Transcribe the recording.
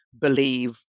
believe